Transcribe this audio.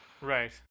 Right